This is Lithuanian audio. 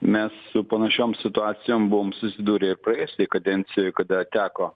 mes su panašiom situacijom buvom susidūrę ir praėjusioj kadencijoj kada teko